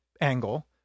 angle